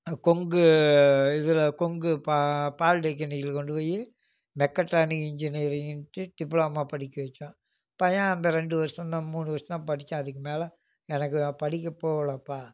அங்கே கொங்கு இதில் கொங்கு பால்டெக்னிக்ல கொண்டு போய் மெக்கட்ரானிக் இன்ஜினியரிங்ன்ட்டு டிப்ளமா படிக்க வைச்சோம் பையன் அந்த ரெண்டு வருஷந்தான் மூணு வருஷம் படித்தான் அதுக்கு மேலே எனக்கு நான் படிக்க போகல அப்பா